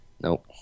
Nope